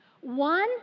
One